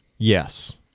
yes